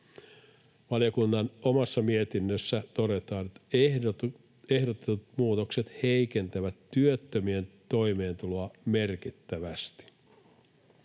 Valiokunnan omassa mietinnössä todetaan, että ehdotetut muutokset heikentävät työttömien toimeentuloa merkittävästi.